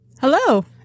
hello